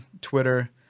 Twitter